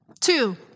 Two